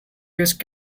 use